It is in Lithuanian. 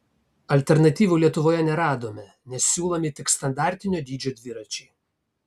alternatyvų lietuvoje neradome nes siūlomi tik standartinio dydžio dviračiai